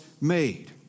made